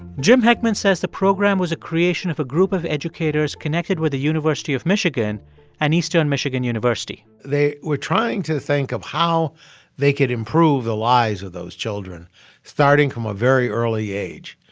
jim heckman says the program was a creation of a group of educators connected with the university of michigan and eastern michigan university they were trying to think of how they could improve the lives of those children starting from a very early age.